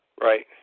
right